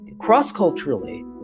cross-culturally